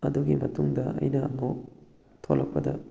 ꯑꯗꯨꯒꯤ ꯃꯇꯨꯡꯗ ꯑꯩꯅ ꯑꯃꯨꯛ ꯊꯣꯛꯂꯛꯄꯗ